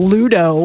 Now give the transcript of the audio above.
Ludo